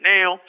Now